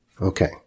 Okay